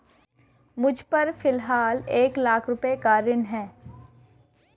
मुझपर फ़िलहाल एक लाख रुपये का ऋण है